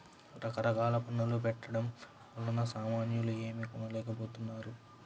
రకరకాల పన్నుల పెట్టడం వలన సామాన్యులు ఏమీ కొనలేకపోతున్నారు